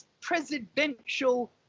presidential